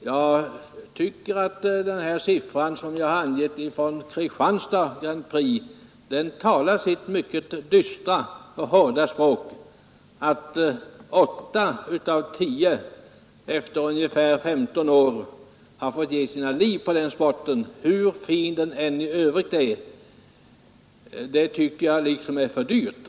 Jag tycker att den siffra som jag har angivit från Grand Prix i Kristianstad talar sitt mycket dystra och hårda språk. Att åtta av tio förare efter ungefär 15 år har fått ge sina liv för den sporten tycker jag är ett för högt pris att betala, hur fin sporten än i övrigt är.